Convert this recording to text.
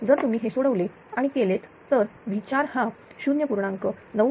जर तुम्ही हे सोडवले आणि केलेत तर V4 हा 0